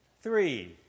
three